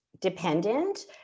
dependent